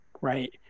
right